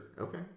okay